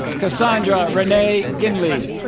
casandra renee ginley